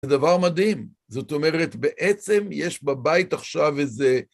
זה דבר מדהים, זאת אומרת בעצם יש בבית עכשיו איזה